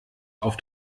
auf